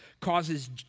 causes